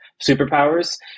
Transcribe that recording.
superpowers